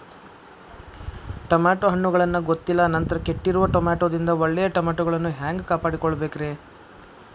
Tomato ಹಣ್ಣುಗಳನ್ನ ಗೊತ್ತಿಲ್ಲ ನಂತರ ಕೆಟ್ಟಿರುವ ಟಮಾಟೊದಿಂದ ಒಳ್ಳೆಯ ಟಮಾಟೊಗಳನ್ನು ಹ್ಯಾಂಗ ಕಾಪಾಡಿಕೊಳ್ಳಬೇಕರೇ?